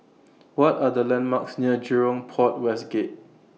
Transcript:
What Are The landmarks near Jurong Port West Gate